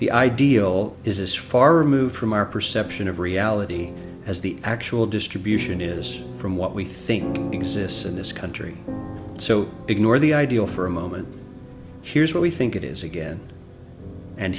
the ideal is as far removed from our perception of reality as the actual distribution is from what we think exists in this country so ignore the ideal for a moment here's what we think it is again and